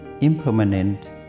impermanent